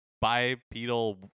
bipedal